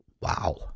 Wow